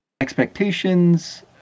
expectations